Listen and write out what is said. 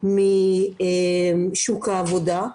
משוק העבודה.